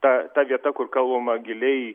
ta ta vieta kur kalbama giliai